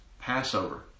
Passover